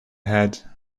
head